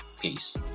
Peace